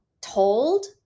told